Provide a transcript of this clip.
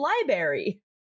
library